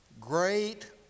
great